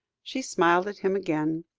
she smiled at him again,